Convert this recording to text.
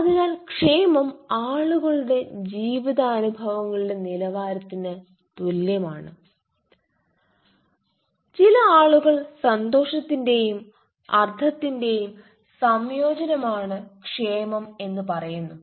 അതിനാൽ ക്ഷേമം ആളുകളുടെ ജീവിതാനുഭവങ്ങളുടെ നിലവാരത്തിന് തുല്യമാണ് ചില ആളുകൾ സന്തോഷത്തിന്റെയും അർത്ഥത്തിന്റെയും സംയോജനമാണ് ക്ഷേമം എന്ന് പറയുന്നു